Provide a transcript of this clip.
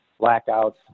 blackouts